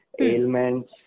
ailments